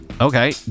okay